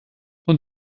don